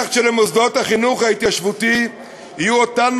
כך שלמוסדות החינוך ההתיישבותי יהיו אותן